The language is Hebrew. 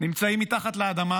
נמצאים מתחת לאדמה,